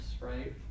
right